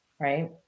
Right